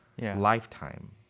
lifetime